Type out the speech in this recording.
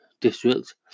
district